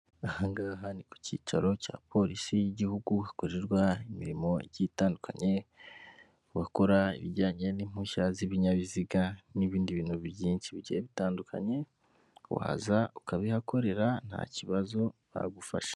Aha ngaha ni ku cyicaro cya polisi y'igihugu hakorerwa imirimo itandukanye, bakora ibijyanye n'impushya z'ibinyabiziga n'ibindi bintu byinshi bigiye bitandukanye waza ukabihakorera nta kibazo bagufa.